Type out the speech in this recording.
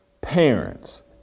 parents